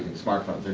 smartphone,